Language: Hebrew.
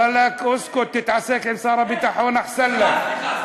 וואלכ, אוסקוט, תתעסק עם שר הביטחון, אחסאן לכ.